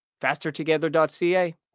FasterTogether.ca